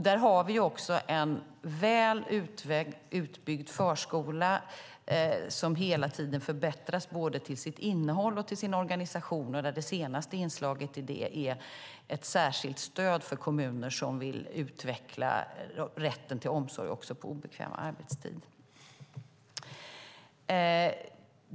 Där har vi också en väl utbyggd förskola, som hela tiden förbättras både till sitt innehåll och till sin organisation och där det senaste inslaget är ett särskilt stöd till kommuner som vill utveckla rätten till omsorg också på obekväm arbetstid.